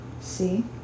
See